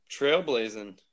trailblazing